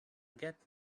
get